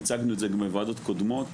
הצגנו את זה גם בוועדות קודמות,